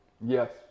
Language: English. Yes